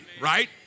right